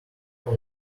from